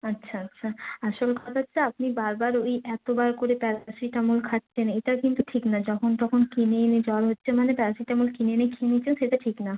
আচ্ছা আচ্ছা আসল কথা হচ্ছে আপনি বারবার ওই এতবার করে প্যারাসিটামল খাচ্ছেন এটা কিন্তু ঠিক না যখন তখন কিনে এনে জ্বর হচ্ছে মানে প্যারাসিটামল কিনে এনে খেয়ে নিচ্ছেন সেটা ঠিক না